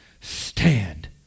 stand